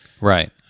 right